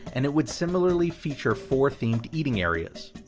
and it would similarly feature four themed eating areas.